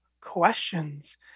questions